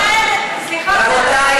רבותי,